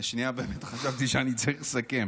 לשנייה באמת חשבתי שאני צריך לסכם.